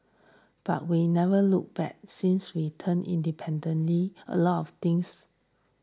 but we never looked back since we turned independently a lot of things